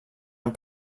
amb